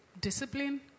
discipline